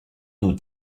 nous